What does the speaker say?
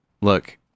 Look